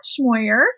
Schmoyer